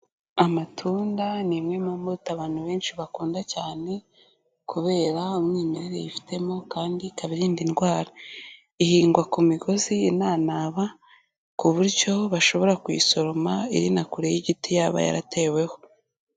Amatunda ni imwe mu mbuto abantu benshi bakunda cyane, kubera umwimerere yifitemo kandi ikaba irinda indwara, ihingwa ku migozi inanaba ku buryo bashobora kuyisoroma iri na kure y'igiti yaba yarateweho.